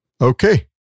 Okay